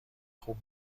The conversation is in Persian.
خوب